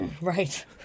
Right